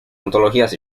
antologías